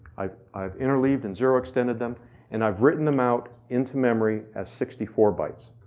i've i've interleaved and zero extended them and i've written them out into memory at sixty four bytes.